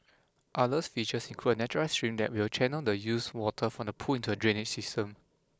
others features include a naturalised stream that will channel the used water from the pool into a drainage system